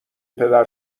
پدر